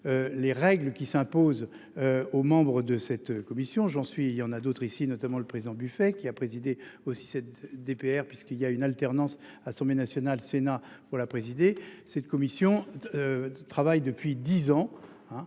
Les règles qui s'imposent. Aux membres de cette commission j'en suis il y en a d'autres ici notamment le président Buffet qui a présidé aussi cette DPR puisqu'il y a une alternance, assemblée nationale, Sénat pour la présider cette commission. Travail depuis 10 ans